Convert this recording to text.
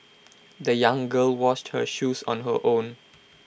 the young girl washed her shoes on her own